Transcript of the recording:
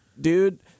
dude